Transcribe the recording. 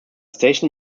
station